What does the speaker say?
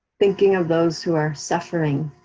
thinking of those who are suffering.